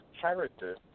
character